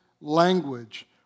language